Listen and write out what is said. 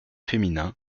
féminins